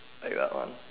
like that lah